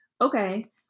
okay